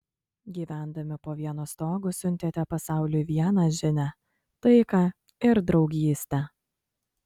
gyvendami po vienu stogu siuntėte pasauliui vieną žinią taiką ir draugystę